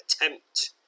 attempt